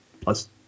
plus